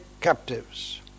captives